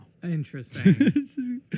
Interesting